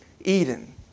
Eden